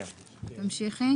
תמשיכי.